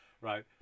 right